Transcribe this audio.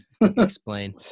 explain